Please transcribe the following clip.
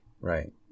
Right